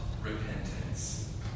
repentance